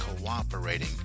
cooperating